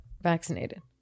vaccinated